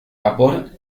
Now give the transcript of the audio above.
vapor